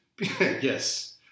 Yes